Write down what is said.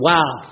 Wow